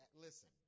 Listen